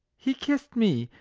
he kissed me,